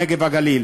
הנגב והגליל,